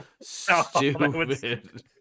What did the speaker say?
stupid